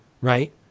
right